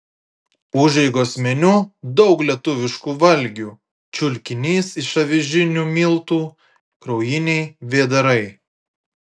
užeigos meniu daug lietuviškų valgių čiulkinys iš avižinių miltų kraujiniai vėdarai